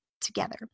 together